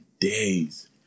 days